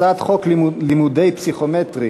הצעת חוק לימודי פסיכומטרי,